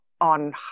on